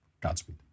Godspeed